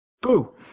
boo